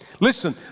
Listen